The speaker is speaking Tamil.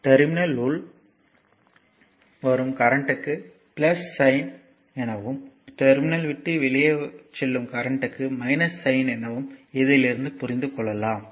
டெர்மினல் உள் வரும் கரண்ட்க்கு சைன் எனவும் டெர்மினல் விட்டு வெளியே செல்லும் கரண்ட்க்கு சைன் எனவும் இதில் இருந்து புரிந்து கொள்ளலாம்